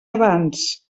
abans